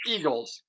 Eagles